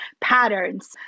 patterns